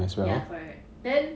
ya correct correct then